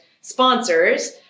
sponsors